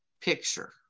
picture